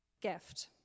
gift